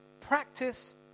Practice